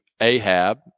Ahab